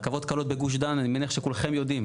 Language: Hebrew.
רכבות קלות בגוש דן, אני מניח שכולכם יודעים.